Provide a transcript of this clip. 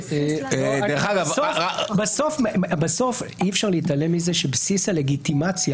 בסוף אי-אפשר להתעלם מזה שבסיס הלגיטימציה